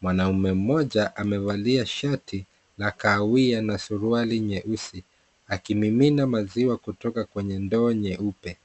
mwanaume mmoja amevalia shati la kahawia na suruali nyeusi akimimina maziwa kutoka kwenye ndoo nyeupe.